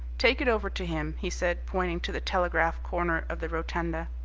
take it over to him, he said, pointing to the telegraph corner of the rotunda.